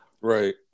Right